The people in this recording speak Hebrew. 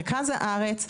במרכז הארץ,